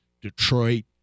Detroit